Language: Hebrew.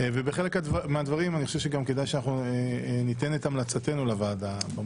ובחלק מהדברים אני חושב שכדאי שניתן את המלצתנו לוועדה.